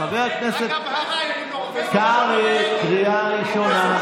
חבר הכנסת אמסלם, קריאה ראשונה.